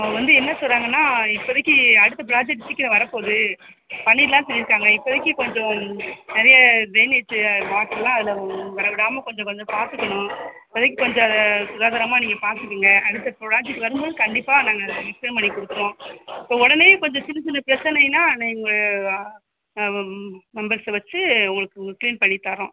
அவங்க வந்து என்ன சொல்கிறாங்கன்னா இப்போதைக்கி அடுத்த ப்ராஜெக்ட் சீக்கிரம் வரப்போகுது பண்ணிடலான்னு சொல்லியிருக்காங்க இப்போதிக்கி கொஞ்சம் நிறைய ட்ரைனேஜி வாட்டரெலாம் அதில் வர விடாமல் கொஞ்சம் கொஞ்சம் பார்த்துக்கணும் இப்போதிக்கி கொஞ்சம் சுகாதாரமாக நீங்கள் பார்த்துக்குங்க அடுத்த ப்ராஜெக்ட் வரும்போது கண்டிப்பாக நாங்கள் எக்ஸ்டெண்ட் பண்ணிக் கொடுப்போம் இப்போ உடனே கொஞ்சம் சின்ன சின்ன பிரச்சினைன்னா நீங்கள் மெம்பர்ஸ்ஸை வெச்சு உங்களுக்கு உங்களுக்கு க்ளீன் பண்ணித்தரோம்